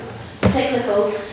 cyclical